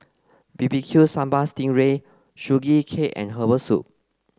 B B Q Sambal Sting Ray Sugee Cake and herbal soup